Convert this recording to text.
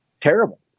terrible